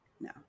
no